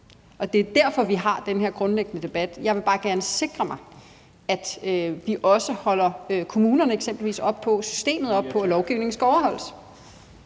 Det er derfor, vi har den her grundlæggende debat. Jeg vil bare gerne sikre mig, at vi også holder eksempelvis kommunerne og systemet op på, at lovgivningen skal overholdes.